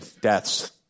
deaths